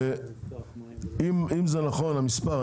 ואם זה נכון המספר,